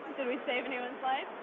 did we save anyone's life?